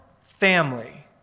family